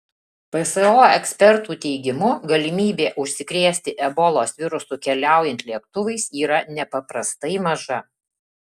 pso ekspertų teigimu galimybė užsikrėsti ebolos virusu keliaujant lėktuvais yra nepaprastai maža